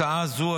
הצעה זו,